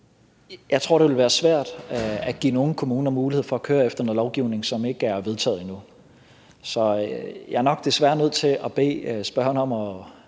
Jeg tror, det vil være svært at give nogle kommuner mulighed for at køre efter noget lovgivning, som ikke er vedtaget endnu. Så jeg er nok desværre nødt til at bede spørgeren om at